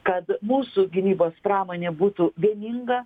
kad mūsų gynybos pramonė būtų vieninga